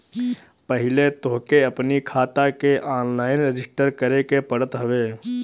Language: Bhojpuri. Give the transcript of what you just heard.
पहिले तोहके अपनी खाता के ऑनलाइन रजिस्टर करे के पड़त हवे